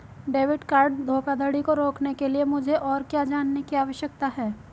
Debit card धोखाधड़ी को रोकने के लिए मुझे और क्या जानने की आवश्यकता है?